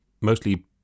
mostly